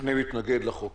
אני מתנגד לחוק,